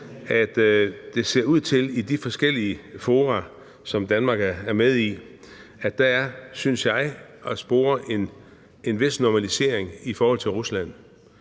at det ser ud til, at der i de forskellige fora, som Danmark er med i, kan spores, synes jeg, en vis normalisering i forhold til Rusland.